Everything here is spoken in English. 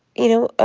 you know, ah